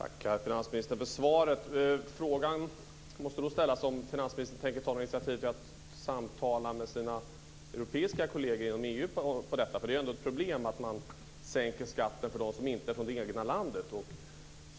Herr talman! Jag tackar finansministern för svaret. Frågan måste nog ställas om finansministern tänker ta initiativ till att samtala med sina europeiska kolleger inom EU angående detta. Det är ju ändå ett problem att man sänker skatten för dem som inte är från det egna landet.